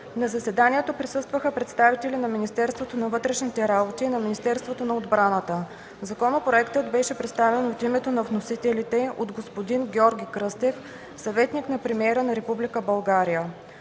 На заседанието присъстваха представители на Министерството на вътрешните работи и на Министерството на отбраната. Законопроектът беше представен от името на вносителите от господин Георги Кръстев – съветник на премиера на Република България.